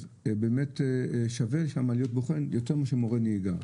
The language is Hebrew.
אז באמת שווה שם להיות בוחן מאשר מורה נהיגה,